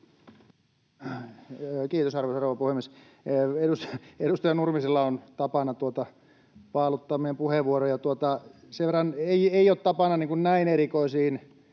Kiitos, arvoisa rouva puhemies! Edustaja Nurmisella on tapana paaluttaa meidän puheenvuoroja. Ei ole tapana näin erikoisiin